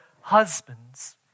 husbands